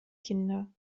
kinder